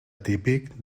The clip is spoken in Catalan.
típic